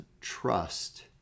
trust